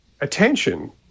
attention